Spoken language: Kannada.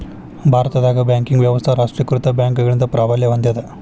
ಭಾರತದಾಗ ಬ್ಯಾಂಕಿಂಗ್ ವ್ಯವಸ್ಥಾ ರಾಷ್ಟ್ರೇಕೃತ ಬ್ಯಾಂಕ್ಗಳಿಂದ ಪ್ರಾಬಲ್ಯ ಹೊಂದೇದ